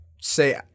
say